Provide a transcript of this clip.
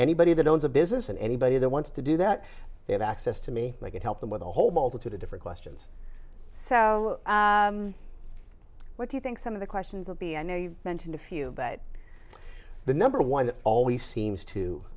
anybody that owns a business and anybody that wants to do that they have access to me they can help them with a whole multitude of different questions so what do you think some of the questions would be i know you mentioned a few that the number one that always seems to